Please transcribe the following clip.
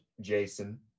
Jason